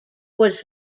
was